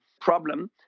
problem